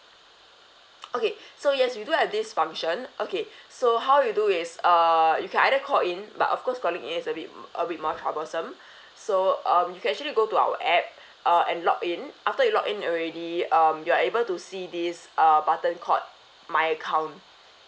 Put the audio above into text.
okay so yes you do have this function okay so how you do is uh you can either call in but of course calling in is a bit is a bit more troublesome so um you can actually go to our app uh and login after you login already um you are able to see this uh button called my account